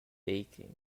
baking